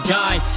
die